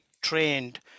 trained